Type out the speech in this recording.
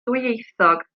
ddwyieithog